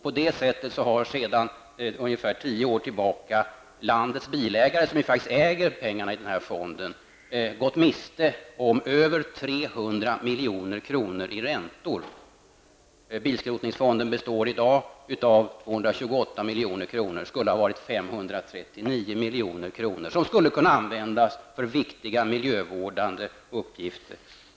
På det sättet har sedan ungefär tio år landets bilägare, som ju faktiskt äger pengarna i den här fonden, gått miste om över 300 milj.kr. i räntor. Bilskrotningsfonden består i dag av 228 milj.kr. Det borde ha varit 539 milj.kr., som skulle ha kunnat användas för viktiga miljövårdande uppgifter.